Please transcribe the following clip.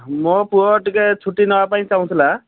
ମୋ ପୁଅ ଟିକିଏ ଛୁଟି ନେବା ପାଇଁ ଚାହୁଁଥିଲା